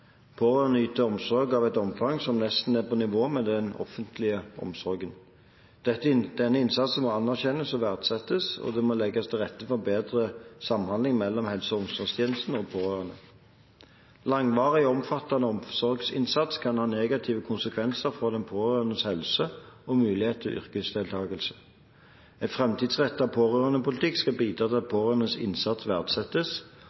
Pårørende yter omsorg av et omfang som nesten er på nivå med den offentlige omsorgen. Denne innsatsen må anerkjennes og verdsettes, og det må legges til rette for bedre samhandling mellom helse- og omsorgstjenestene og pårørende. Langvarig og omfattende omsorgsinnsats kan ha negative konsekvenser for den pårørendes helse og muligheter til yrkesdeltakelse. En framtidsrettet pårørendepolitikk skal bidra til at pårørendes innsats verdsettes,